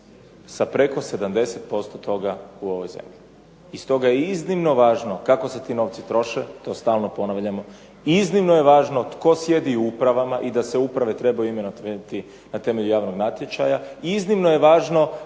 sa preko 70% toga u ovoj zemlji. I stoga je iznimno važno i kako se ti novci troše, to stalno ponavljamo, iznimno je važno tko sjedi u upravama i da se uprave trebaju imenovati na temelju javnog natječaja. Iznimno je važno